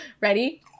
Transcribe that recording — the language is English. Ready